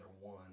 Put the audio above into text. one